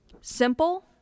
simple